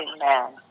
Amen